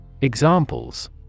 Examples